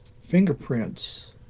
fingerprints